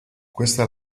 questa